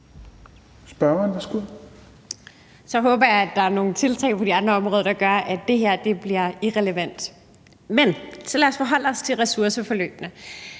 Så håber jeg, at der er nogle tiltag på de andre områder, der gør, at det her bliver irrelevant. Men så lad os forholde os til ressourceforløbene: